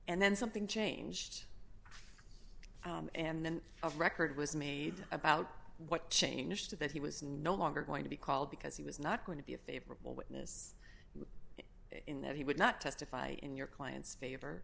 and then something changed and then a record was made about what changed to that he was no longer going to be called because he was not going to be a favorable witness in that he would not testify in your client's favor